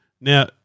Now